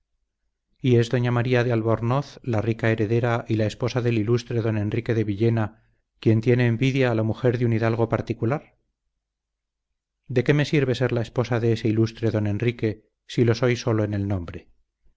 y es doña maría de albornoz la rica heredera y la esposa del ilustre don enrique de villena quien tiene envidia a la mujer de un hidalgo particular de qué me sirve ser la esposa de ese ilustre don enrique si lo soy sólo en el nombre